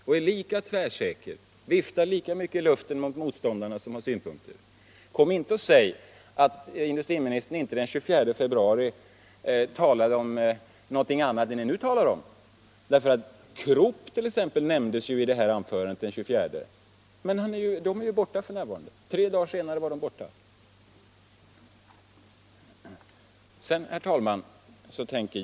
Och då var man lika tvärsäker och viftade på samma sätt bort motståndarna som hade synpunkter. Kom inte och säg att industriministern inte den 24 februari talade om någonting annat än det ni nu talar om! Krupp nämndes t.ex. i anförandet den 24. Tre dagar senare var det företaget borta ur bilden.